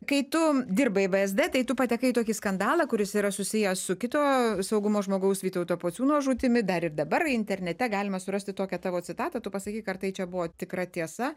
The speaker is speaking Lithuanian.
kai tu dirbai vsd tai tu patekai į tokį skandalą kuris yra susijęs su kito saugumo žmogaus vytauto pociūno žūtimi dar ir dabar internete galima surasti tokią tavo citatą tu pasakyk ar tai čia buvo tikra tiesa